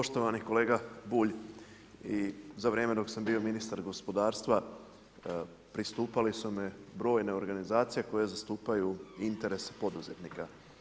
Poštovani kolega Bulj, za vrijeme dok sam bio ministar gospodarstva pristupale su mi brojne organizacije koje zastupaju interes poduzetnika.